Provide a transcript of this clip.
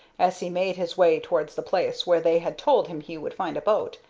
as he made his way towards the place where they had told him he would find a boat,